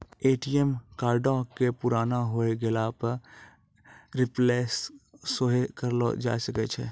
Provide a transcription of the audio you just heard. ATM कार्डो के पुराना होय गेला पे रिप्लेस सेहो करैलो जाय सकै छै